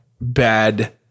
bad